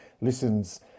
listens